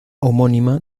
homónima